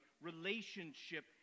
relationship